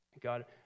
God